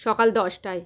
সকাল দশটায়